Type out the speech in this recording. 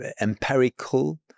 empirical